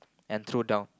and threw down